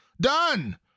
Done